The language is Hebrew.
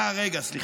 אה, רגע, סליחה.